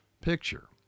picture